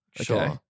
Sure